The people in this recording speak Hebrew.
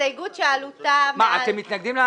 אתם מתנגדים?